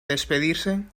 despedirse